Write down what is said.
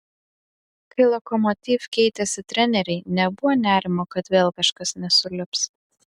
kai lokomotiv keitėsi treneriai nebuvo nerimo kad vėl kažkas nesulips